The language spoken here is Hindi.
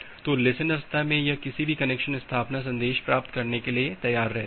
तो लिसेन अवस्था में यह किसी भी कनेक्शन स्थापना संदेश प्राप्त करने के लिए तैयार रहता है